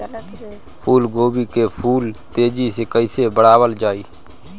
फूल गोभी के फूल तेजी से कइसे बढ़ावल जाई?